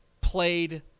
played